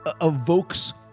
evokes